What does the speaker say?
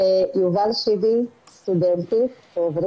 יובל שיבי, אני אסביר